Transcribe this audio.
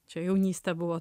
čia jaunystė buvo